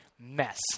mess